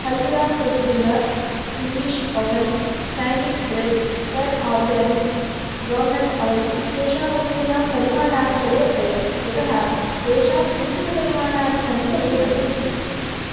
हल्दिराम्स् रसगुल्लाल्ला English oven sandwich bread turn organic groundnut oil इत्येषां वस्तूनां परिमाणानि परिवर्तय यतः तेषां सूचितपरिमाणानि सञ्चये न सन्ति